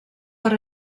per